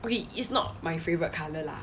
okay it's not my favorite color lah